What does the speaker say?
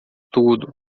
tudo